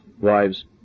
wives